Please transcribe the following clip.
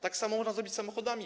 Tak samo można zrobić z samochodami.